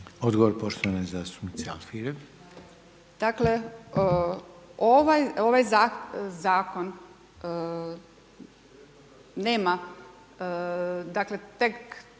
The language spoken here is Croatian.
Odgovor poštovane zastupnice